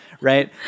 right